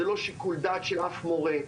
זה לא שיקול דעת של אף מורה,